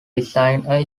designing